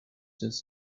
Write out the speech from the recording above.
just